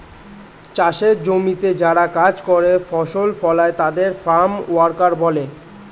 চাষের জমিতে যারা কাজ করে, ফসল ফলায় তাদের ফার্ম ওয়ার্কার বলে